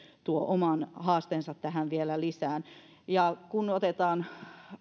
tuo oman haasteensa tähän vielä lisäksi kun otetaan